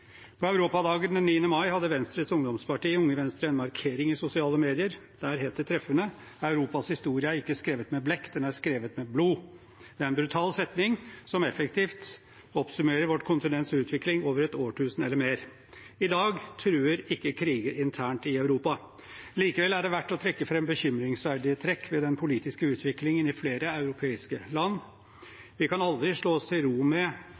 På Europadagen den 9. mai hadde Venstres ungdomsparti, Unge Venstre, en markering i sosiale medier. Der het det treffende: «Europas historie er ikke skrevet med blekk, den er skrevet med blod.» Det er en brutal setning, som effektivt oppsummerer vårt kontinents utvikling over et årtusen eller mer. I dag truer ikke kriger internt i Europa. Likevel er det verdt å trekke fram bekymringsverdige trekk ved den politiske utviklingen i flere europeiske land. Vi kan aldri slå oss til ro med